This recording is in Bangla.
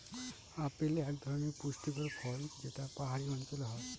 আপেল এক ধরনের পুষ্টিকর ফল যেটা পাহাড়ি অঞ্চলে হয়